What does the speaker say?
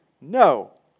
No